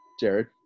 Jared